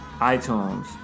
iTunes